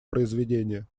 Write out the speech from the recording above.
произведения